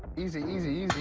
easy, easy,